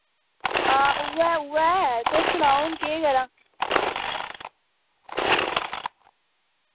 हां उऐ उऐ तुस सनाओ हू'न केह् करां